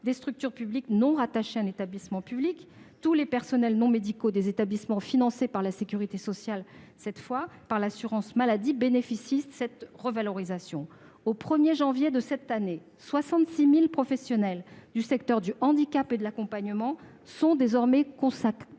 des structures publiques non rattachées à un établissement public. Tous les personnels non médicaux des établissements financés par l'assurance maladie bénéficient de cette revalorisation. Au 1 janvier de cette année, 66 000 professionnels du secteur du handicap et de l'accompagnement sont désormais concernés.